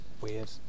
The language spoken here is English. weird